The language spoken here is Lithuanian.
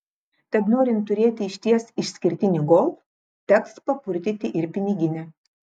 tad norint turėti išties išskirtinį golf teks papurtyti ir piniginę